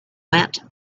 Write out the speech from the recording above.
went